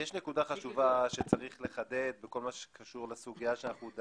נקודה חשובה שצריך לחדד בכל מה שקשור לסוגיות